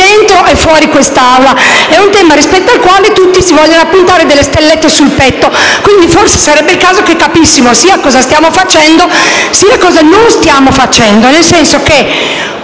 quest'Aula, rispetto al quale tutti si vogliono appuntare delle stellette sul petto, quindi forse sarebbe il caso che capissimo sia cosa stiamo facendo sia cosa non stiamo facendo.